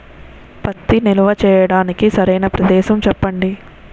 పత్తి నిల్వ చేయటానికి సరైన ప్రదేశం చెప్పండి?